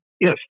Yes